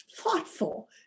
thoughtful